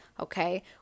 okay